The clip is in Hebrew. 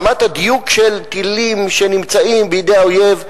ברמת הדיוק של טילים שנמצאים בידי האויב,